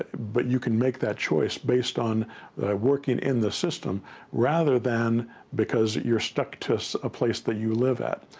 but you can make that choice based on working in the system rather than because you're stuck to so a place that you live at.